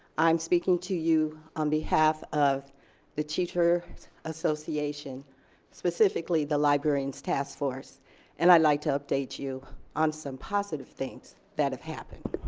i'm speaking to you, on behalf of the teacher association specifically the librarians task force and i'd like to update you on some positive things that have happened.